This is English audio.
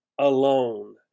alone